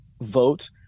vote